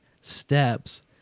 steps